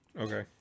Okay